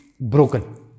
broken